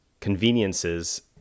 Conveniences